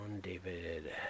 David